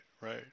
right